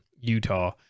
utah